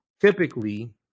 typically